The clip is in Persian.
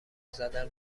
زدن